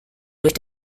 durch